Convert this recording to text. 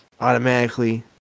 automatically